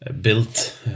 built